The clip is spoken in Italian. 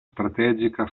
strategica